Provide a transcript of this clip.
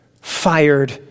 fired